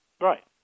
right